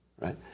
right